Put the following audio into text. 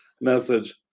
message